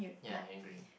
ya I agree